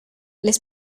les